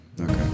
Okay